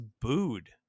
booed